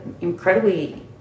incredibly